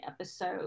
episode